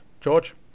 George